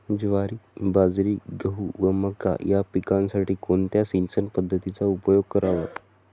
ज्वारी, बाजरी, गहू व मका या पिकांसाठी कोणत्या सिंचन पद्धतीचा उपयोग करावा?